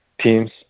teams